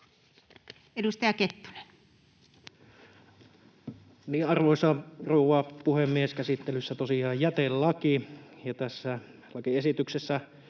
18:03 Content: Arvoisa rouva puhemies! Käsittelyssä on tosiaan jätelaki, ja tässä lakiesityksessähän